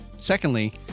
Secondly